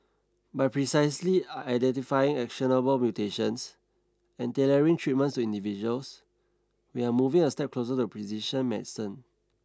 by precisely identifying actionable mutations and tailoring treatments to individuals we are moving a step closer to precision medicine